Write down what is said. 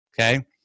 okay